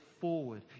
forward